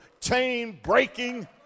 chain-breaking